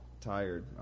tired